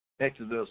Exodus